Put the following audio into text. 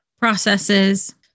processes